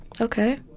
okay